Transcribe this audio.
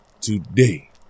Today